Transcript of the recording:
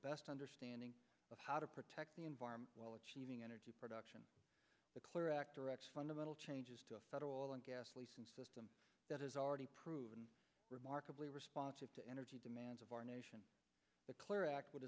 best understanding of how to protect the environment while achieving energy production the clear act direct fundamental changes to federal and gas leeson system that has already proven remarkably responsive to energy demands of our nation the clear act w